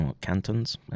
cantons